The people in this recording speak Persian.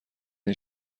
این